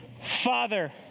father